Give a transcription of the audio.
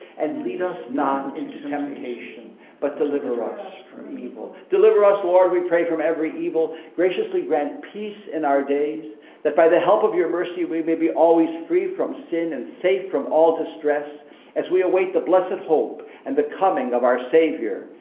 and lead us not into temptation but deliver us from evil. deliver us lord, we pray, from every evil. graciously grant peace in our days that by the help of your mercy, we may be always free from sin and safe from all distress as we await the blessed hope and the coming of our savior,